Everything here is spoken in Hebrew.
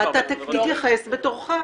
אתה תתייחס בתורך.